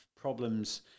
problems